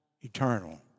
eternal